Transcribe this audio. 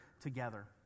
together